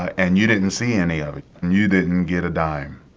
and you didn't see any of it. and you didn't get a dime.